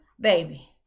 baby